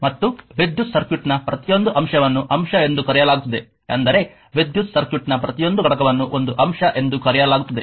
ಮತ್ತು ವಿದ್ಯುತ್ ಸರ್ಕ್ಯೂಟ್ನ ಪ್ರತಿಯೊಂದು ಅಂಶವನ್ನು ಅಂಶ ಎಂದು ಕರೆಯಲಾಗುತ್ತದೆ ಅಂದರೆ ವಿದ್ಯುತ್ ಸರ್ಕ್ಯೂಟ್ನ ಪ್ರತಿಯೊಂದು ಘಟಕವನ್ನು ಒಂದು ಅಂಶ ಎಂದು ಕರೆಯಲಾಗುತ್ತದೆ